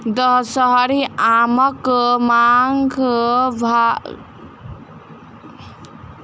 दसहरी आमक मांग ग्राहक बड़ बेसी करैत अछि